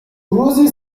روزی